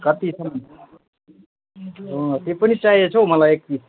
कतिसम्म त्यो पनि चाहिएको छ हौ मलाई एक पिस